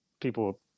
people